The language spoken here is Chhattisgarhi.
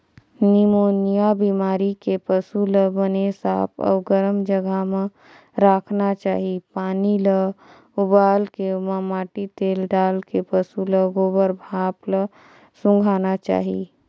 निमोनिया बेमारी के पसू ल बने साफ अउ गरम जघा म राखना चाही, पानी ल उबालके ओमा माटी तेल डालके पसू ल ओखर भाप ल सूंधाना चाही